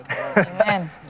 Amen